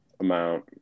amount